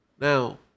Now